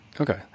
Okay